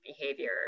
behavior